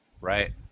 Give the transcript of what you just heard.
Right